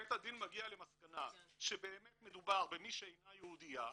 שכשבית הדין מגיע למסקנה שבאמת מדובר במי שאינה יהודייה,